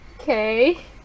Okay